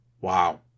Wow